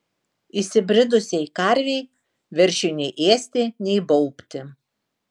įsibridusiai karvei veršiui nei ėsti nei baubti